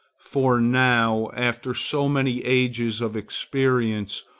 for now, after so many ages of experience,